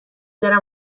برم